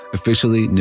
Officially